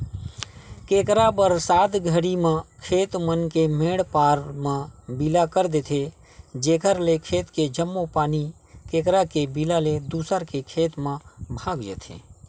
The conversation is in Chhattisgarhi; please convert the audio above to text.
केंकरा बरसात घरी म खेत मन के मेंड पार म बिला कर देथे जेकर ले खेत के जम्मो पानी केंकरा के बिला ले दूसर के खेत म भगा जथे